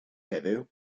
heddiw